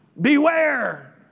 beware